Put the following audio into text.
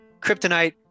Kryptonite